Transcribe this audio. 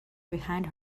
behind